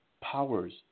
Powers